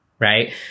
Right